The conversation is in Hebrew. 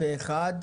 פה אחד.